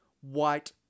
white